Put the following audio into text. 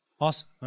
awesome